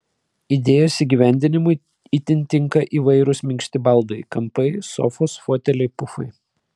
idėjos įgyvendinimui itin tinka įvairūs minkšti baldai kampai sofos foteliai pufai